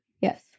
Yes